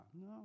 No